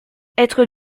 être